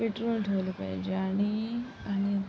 petrol ठेवलं पाहिजे आणि आणि